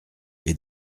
est